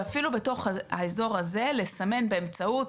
ואפילו בתוך האזור הזה לסמן באמצעות,